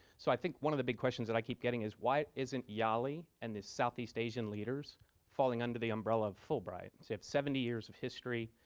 so i think one of the big questions that i keep getting is why isn't yali and the southeast asian leaders falling under the umbrella of fulbright? so and you have seventy years of history.